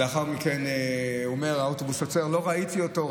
ולאחר מכן הוא אומר: האוטובוס עצר, לא ראיתי אותו.